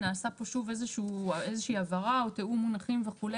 נעשתה פה שוב איזה שהיא הבהרה או תיאום מונחים וכו'.